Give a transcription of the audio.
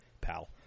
pal